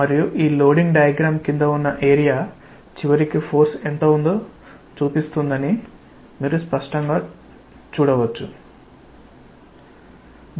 మరియు ఈ loading diagram క్రింద ఉన్న ఏరియా చివరికి ఫోర్స్ ఎంత ఉందో చూపిస్తుందని మీరు స్పష్టంగా చూడవచ్చు